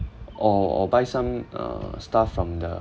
or or or buy some uh stuff from the